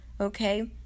okay